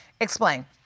Explain